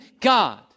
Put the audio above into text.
God